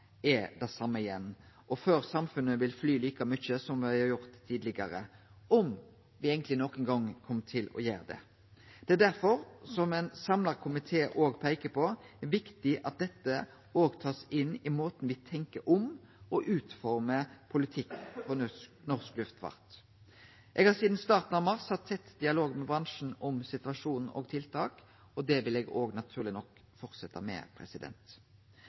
er den same igjen og før samfunnet vil fly like mykje som me har gjort tidlegare – om me eigentleg nokon gong kjem til å gjere det. Det er derfor, som ein samla komité òg peikar på, viktig at dette òg blir tatt inn i måten me tenkjer om og utformer politikken for norsk luftfart på. Eg har sidan starten av mars hatt tett dialog med bransjen om situasjonen og om tiltak. Det vil eg naturleg nok fortsetje med.